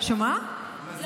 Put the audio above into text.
לא, נצח יהודה.